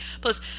Plus